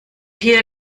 hier